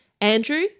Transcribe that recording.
Andrew